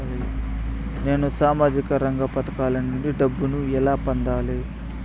నేను సామాజిక రంగ పథకాల నుండి డబ్బుని ఎలా పొందాలి?